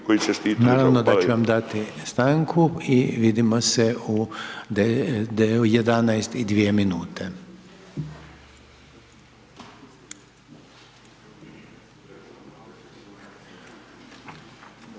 Naravno da ću vam dati stanku i vidimo se u 11,02.